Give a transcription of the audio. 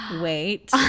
Wait